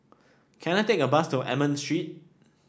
can I take a bus to Almond Street